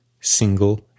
single